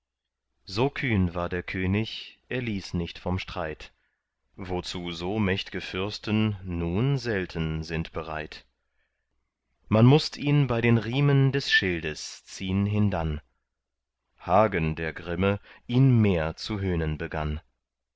so kühn war der könig er ließ nicht vom streit wozu so mächtge fürsten nun selten sind bereit man mußt ihn bei den riemen des schildes ziehn hindann hagen der grimme ihn mehr zu höhnen begann